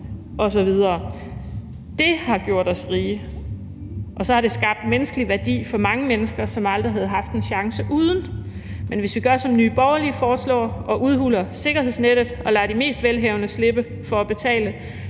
osv. Det har gjort os rige, og så har det skabt menneskelig værdi for mange mennesker, som aldrig havde haft en chance uden, men hvis vi gør, som Nye Borgerlige foreslår, og udhuler sikkerhedsnettet og lader de mest velhavende slippe for at betale,